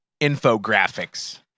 infographics